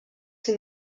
ses